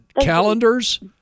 calendars